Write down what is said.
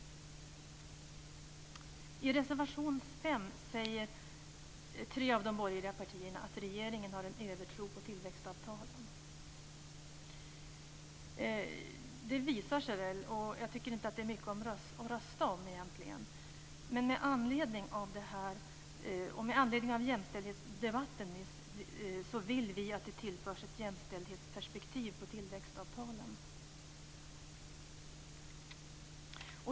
I reservation 5 säger tre av de borgerliga partierna att regeringen har en övertro på tillväxtavtalen. Det visar sig väl. Jag tycker inte att det är mycket att rösta om egentligen. Men med anledning av det här, och med anledning av jämställdhetsdebatten tidigare, vill vi att det tillförs ett jämställdhetsperspektiv på tillväxtavtalen.